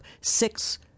six